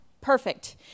perfect